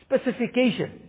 specification